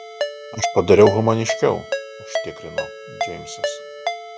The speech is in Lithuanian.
aš padariau humaniškiau užtikrino džeimsas